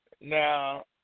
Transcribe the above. now